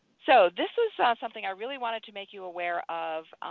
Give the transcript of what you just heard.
so this is something i really wanted to make you aware of.